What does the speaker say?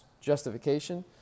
justification